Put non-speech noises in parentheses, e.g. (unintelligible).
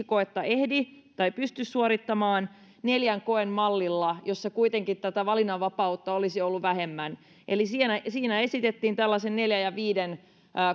(unintelligible) koetta ehdi tai pysty suorittamaan neljän kokeen mallilla jossa kuitenkin valinnanvapautta olisi ollut vähemmän eli siinä esitettiin tällaisen neljän ja viiden